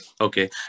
Okay